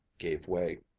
gave way.